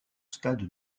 stade